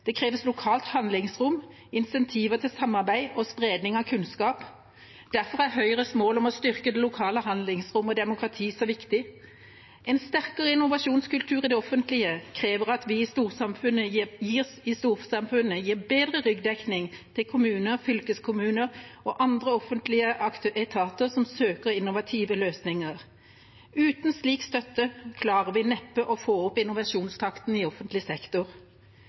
Det kreves lokalt handlingsrom, insentiver til samarbeid og spredning av kunnskap. Derfor er Høyres mål om å styrke det lokale handlingsrommet og demokratiet så viktig. En sterkere innovasjonskultur i det offentlige krever at vi i storsamfunnet gir bedre ryggdekning til kommuner, fylkeskommuner og andre offentlige etater som søker innovative løsninger. Uten slik støtte klarer vi neppe å få opp innovasjonstakten i offentlig sektor.